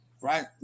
right